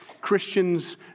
Christians